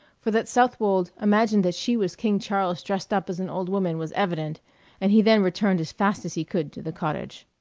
for that southwold imagined that she was king charles dressed up as an old woman was evident and he then returned as fast as he could to the cottage.